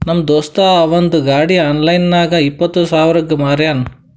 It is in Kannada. ನಮ್ ದೋಸ್ತ ಅವಂದ್ ಗಾಡಿ ಆನ್ಲೈನ್ ನಾಗ್ ಇಪ್ಪತ್ ಸಾವಿರಗ್ ಮಾರ್ಯಾನ್